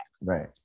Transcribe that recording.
Right